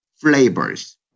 flavors